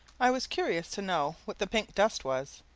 i was curious to know what the pink dust was.